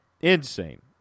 Insane